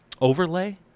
overlay